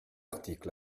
article